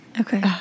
Okay